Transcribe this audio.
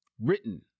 written